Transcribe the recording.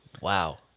Wow